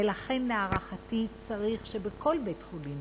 ולכן, להערכתי, צריך שבכל בית-חולים